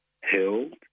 held